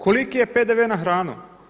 Koliki je PDV na hranu?